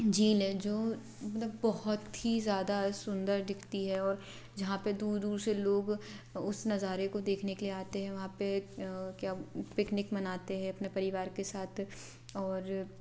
झील है जो मतलब बहुत ही ज़्यादा सुंदर दिखती है और जहाँ पर दूर दूर से लोग उस नज़ारे को देखने के लिए आते हैं वहाँ पर क्या पिकनिक मनाते हैं अपने परिवार के साथ और